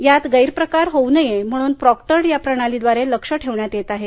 यात गैरप्रकार होऊ नयेत म्हणून प्रॉक्टर्ड या प्रणालीद्वारे लक्ष ठेवण्यात येत आहे